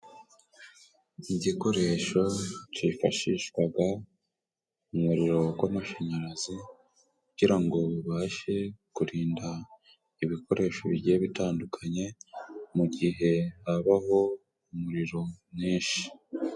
Igikoresho cyifashishwaga umuriro gw'amashanyarazi, kugirango bibashe kurinda ibikoresho bigiye bitandukanye, mu gihe habaho umuriro mwinshi.